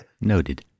Noted